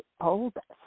oldest